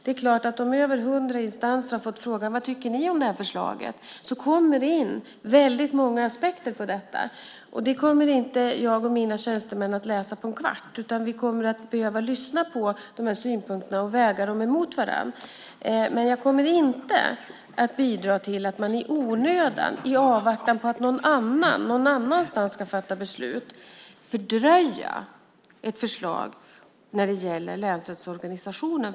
Om fler än hundra instanser fått frågan vad de tycker om förslaget kommer det in många aspekter på det. Jag och mina tjänstemän kommer inte att kunna läsa dem på en kvart, utan vi kommer att behöva lyssna på synpunkterna och väga dem mot varandra. Jag kommer inte att bidra till att man i onödan, i avvaktan på att någon annan någon annanstans ska fatta beslut, fördröjer ett förslag när det gäller länsrättsorganisationen.